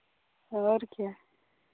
और क्या